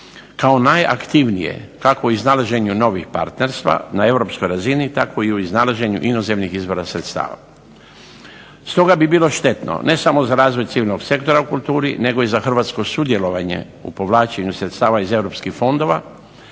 kao najaktivnije kako u iznalaženju novih partnerstva na Europskoj razini tako i u iznalaženju inozemnih izvora sredstava. Stoga bi bilo štetno ne samo za razvoj civilnog sektora u kulturi nego i za Hrvatsko sudjelovanje u povlačenju sredstava iz Europskih fondova